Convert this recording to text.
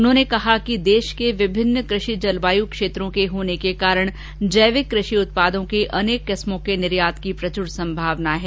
उन्होंने कहा कि देश के विभिन्न कृषि जलवायू क्षेत्रों के होने के कारण जैविक कृषि उत्पादों के अनेक किस्मों के निर्यात की प्रचुर संभावना है